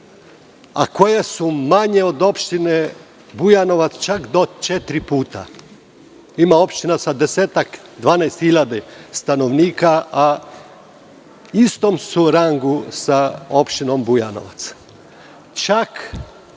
a koje su manje od opštine Bujanovac čak do četiri puta. Ima opština sa 10-12 hiljada stanovnika, a u istom su rangu sa opštinom Bujanovac. Čak